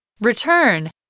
Return